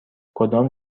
کدام